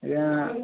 ଆଜ୍ଞା